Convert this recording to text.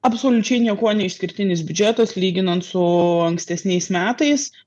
absoliučiai niekuo neišskirtinis biudžetas lyginant su ankstesniais metais